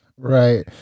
Right